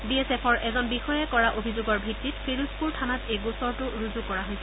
B S এফৰ এজন বিষয়াই কৰা অভিযোগৰ ভিত্তিত ফিৰোজপুৰ থানাত এই গোচৰটো ৰুজু কৰা হৈছে